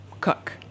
cook